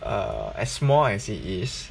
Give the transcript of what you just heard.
err as small as it is